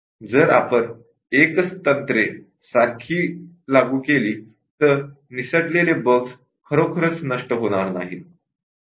जर आपण एकच टेक्निक् सारखी लागू केली तर निसटलेले बग्स नष्ट होणार नाहीत